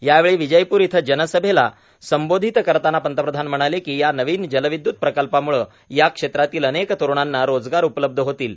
यावेळी विजयपूर इथं जनसभेला संबोधित करताना पंतप्रधान म्हणाले की या नवीन जलविद्य्त प्रकल्पाम्ळं या क्षेत्रातील अनेक तरूणांना रोजगार उपलब्ध होतील